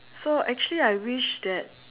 so actually I wish that